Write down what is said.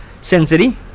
sensory